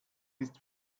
ist